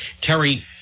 Terry